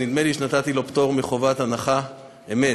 נדמה לי שנתתי לו פטור מחובת הנחה, אמת.